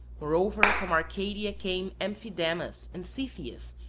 moreover from arcadia came amphidamas and cepheus,